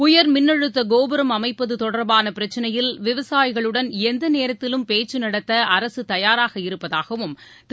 உயர் மின் அழுத்த கோபுரம் அமைப்பது தொடர்பான பிரச்னையில் விவசாயிகளுடன் எந்த நேரத்திலும் பேச்சு நடத்த அரசு தயாராக இருப்பதாகவும் திரு